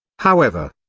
however,